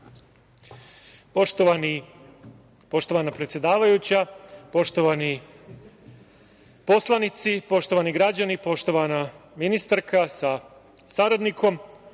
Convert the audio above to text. Poštovana predsedavajuća, poštovani poslanici, poštovani građani, poštovana ministarka sa saradnikom,